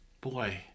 boy